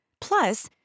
Plus